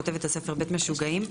כותבת הספר "בית משוגעים".